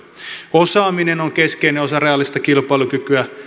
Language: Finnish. osaaminen on keskeinen osa reaalista kilpailukykyä